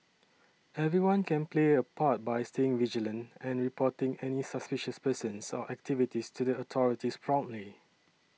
everyone can play a part by staying vigilant and reporting any suspicious persons or activities to the authorities promptly